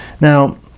Now